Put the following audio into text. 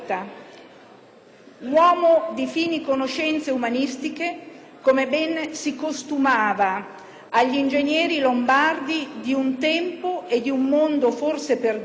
Uomo di fini conoscenze umanistiche, come ben si costumava agli ingegneri lombardi di un tempo e di un mondo forse perduto,